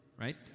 right